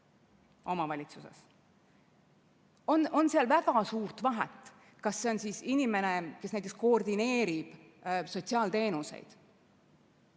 omavalitsuses. On seal väga suurt vahet, kas see on inimene, kes näiteks koordineerib sotsiaalteenuseid,